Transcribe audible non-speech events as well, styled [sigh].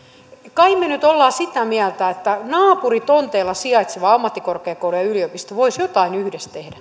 kai me nyt olemme sitä mieltä että naapuritonteilla sijaitsevat ammattikorkeakoulu ja yliopisto voisivat jotain yhdessä tehdä [unintelligible]